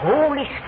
Holy